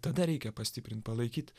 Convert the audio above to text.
tada reikia pastiprint palaikyt